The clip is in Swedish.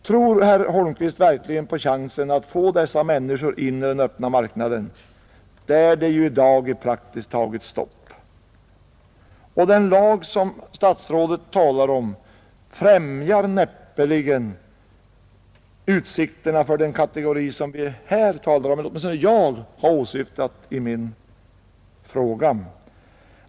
Tror herr Holmqvist verkligen på chansen att få dessa människor ut på den öppna marknaden, där det ju i dag är praktiskt taget stopp med anställningar? Och den lag som statsrådet talar om främjar 25 näppeligen utsikterna för den kategori som jag har åsyftat i min interpellation.